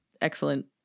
excellent